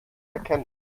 erkennen